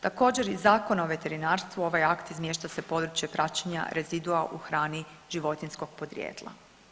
Također iz Zakona o veterinarstvu ovaj akt izmješta se područje praćenja rezidua u hrani životinjskog podrijetla.